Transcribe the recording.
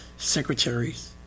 secretaries